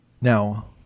Now